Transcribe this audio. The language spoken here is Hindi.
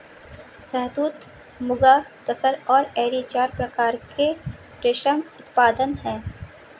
शहतूत, मुगा, तसर और एरी चार प्रकार के रेशम उत्पादन हैं